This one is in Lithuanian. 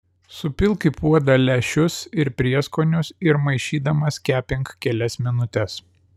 supilk į puodą lęšius ir prieskonius ir maišydamas kepink kelias minutes